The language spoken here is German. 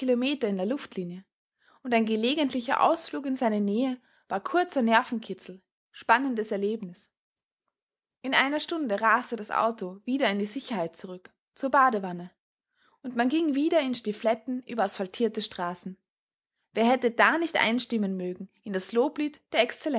in der luftlinie und ein gelegentlicher ausflug in seine nähe war kurzer nervenkitzel spannendes erlebnis in einer stunde raste das auto wieder in die sicherheit zurück zur badewanne und man ging wieder in stiefeletten über asphaltierte straßen wer hätte da nicht einstimmen mögen in das loblied der